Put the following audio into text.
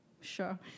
sure